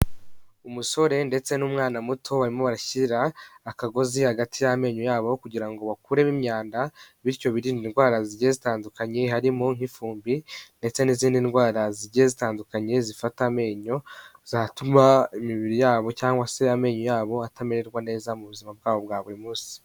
Umusore ndetse n'umwana muto, barimo bashyira akagozi hagati y'amenyo yabo, kugira ngo bakuremo imyanda, bityo birinde indwara zigiye zitandukanye harimo nk'ifumbi, ndetse n'izindi ndwara zigiye zitandukanye zifata amenyo zatuma imibiri yabo, cyangwa se amenyo yabo atamererwa neza mu buzima bwabo bwa buri munsi.